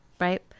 right